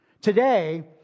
Today